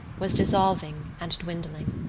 was dissolving and dwindling.